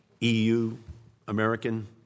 EU-American